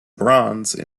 bronze